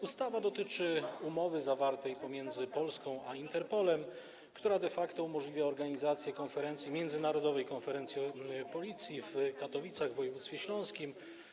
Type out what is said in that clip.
Ustawa dotyczy umowy zawartej pomiędzy Polską a Interpolem, która de facto umożliwia organizację międzynarodowej konferencji Policji w Katowicach w województwie śląskim.